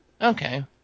Okay